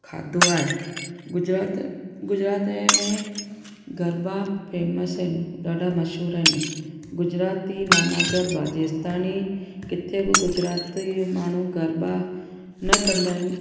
खाधो आहे गुजरात गुजरात जे में गरबा फेम्स आहिनि ॾाढा मशहूर आहिनि गुजराती माना गरबा जेसीं ताईं किथे बि गुजराती माण्हू गरबा न कंदा आहिनि